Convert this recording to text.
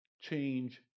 Change